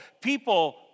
people